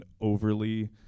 overly